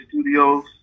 Studios